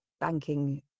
banking